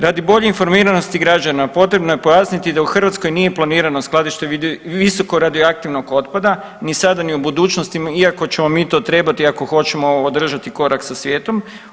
Radi bolje informiranosti građana potrebno je pojasniti da u Hrvatskoj nije planirano skladište visokoradioaktivnog otpada ni sada ni u budućnosti iako ćemo mi to trebati ako hoćemo održati korak sa svijetom.